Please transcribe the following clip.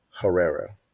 Herrera